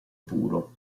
puro